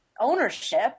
ownership